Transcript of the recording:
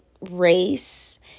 race